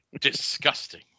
Disgusting